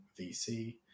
VC